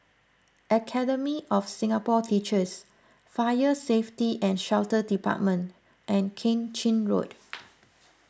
Academy of Singapore Teachers Fire Safety and Shelter Department and Keng Chin Road